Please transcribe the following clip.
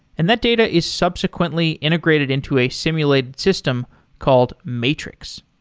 and that data is subsequently integrated into a simulated system called matrix.